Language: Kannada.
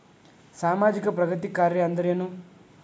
ಸಾಮಾಜಿಕ ಪ್ರಗತಿ ಕಾರ್ಯಾ ಅಂದ್ರೇನು?